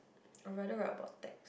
I rather write about text